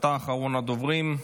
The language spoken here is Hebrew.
אתה אחרון הדוברים,